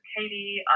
Katie